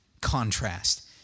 contrast